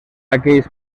aquells